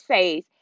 says